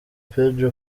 pedro